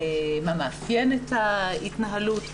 מה מאפיין את ההתנהלות.